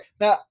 Now